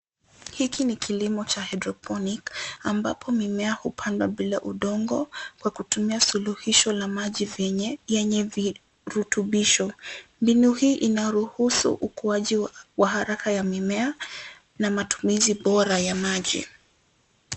Hiki ni kilimo cha haidroponiki ambapo mimea hupandwa bila udongo kwa kutumia suluhisho la maji yenye virutubisho. Mbinu hii inaruhusu ukuaji wa haraka ya mimea na matumizi bora ya maji.